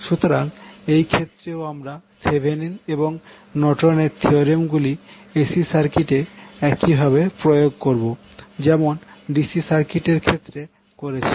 সুতরাং এই ক্ষেত্রেও আমরা থিভেনিন এবং নর্টন এর থিওরেমগুলি এসি সার্কিটে একইভাবে প্রয়োগ করবো যেমন ডিসি সার্কিটের ক্ষেত্রে করেছি